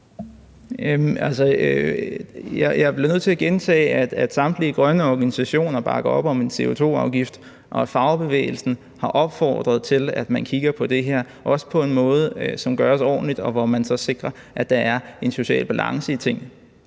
jeg bliver nødt til at gentage, at samtlige grønne organisationer bakker op om en CO2-afgift, og at fagbevægelsen har opfordret til, at man kigger på det her, også på en måde, hvor det gøres ordentligt, og hvor man så sikrer, at der er en social balance i tingene.